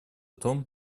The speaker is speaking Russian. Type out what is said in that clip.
том